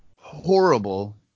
horrible